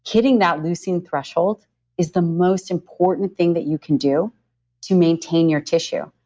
hitting that leucine threshold is the most important thing that you can do to maintain your tissue.